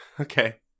Okay